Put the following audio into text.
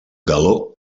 galó